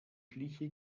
schliche